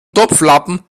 topflappen